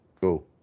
Go